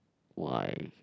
why